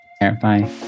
Bye